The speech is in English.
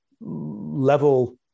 level